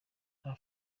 nta